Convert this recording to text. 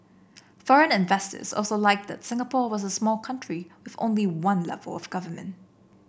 foreign investors also liked that Singapore was the small country with only one level of government